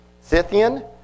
Scythian